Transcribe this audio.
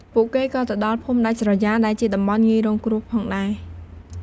ពួកគេក៏ទៅដល់ភូមិដាច់ស្រយាល ដែលជាតំបន់ងាយរងគ្រោះផងដែរ។